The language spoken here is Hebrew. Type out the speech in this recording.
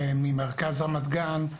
וממרכז רמת גן,